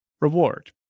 reward